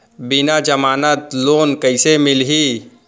बिना जमानत लोन कइसे मिलही?